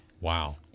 Wow